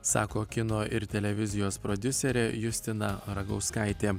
sako kino ir televizijos prodiuserė justina ragauskaitė